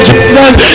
Jesus